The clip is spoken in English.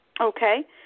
Okay